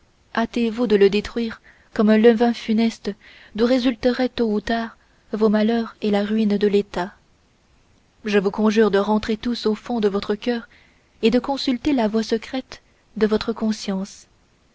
hâtez-vous de le détruire comme un levain funeste d'où résulteraient tôt ou tard vos malheurs et la ruine de l'état je vous conjure de rentrer tous au fond de votre cœur et de consulter la voix secrète de votre conscience